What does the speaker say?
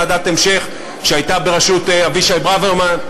ועדת המשך בראשות אבישי ברוורמן.